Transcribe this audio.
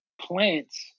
plants